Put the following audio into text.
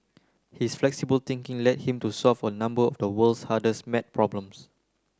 his flexible thinking led him to solve a number of the world's hardest maths problems